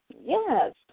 Yes